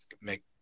make